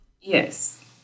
Yes